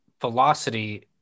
velocity